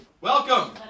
welcome